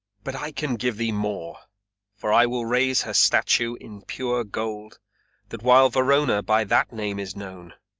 but i can give thee more for i will raise her statue in pure gold that while verona by that name is known,